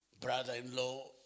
Brother-in-law